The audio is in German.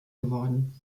geworden